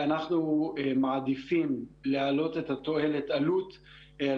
אנחנו מעדיפים להעלות את התועלת-עלות על